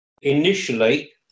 Initially